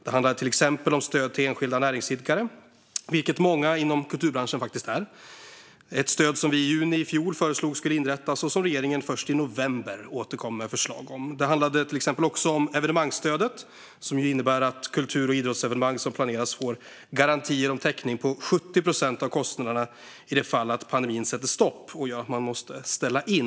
Det handlar till exempel om stöd till enskilda näringsidkare, vilket många inom kulturbranschen faktiskt är, ett stöd som vi i juni i fjol föreslog skulle inrättas och som regeringen först i november återkom med förslag om. Det handlade till exempel också om evenemangsstödet, som ju innebär att kultur och idrottsevenemang som planeras får garantier om täckning av 70 procent av kostnaderna i det fall att pandemin sätter stopp och gör att man måste ställa in.